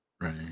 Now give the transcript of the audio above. Right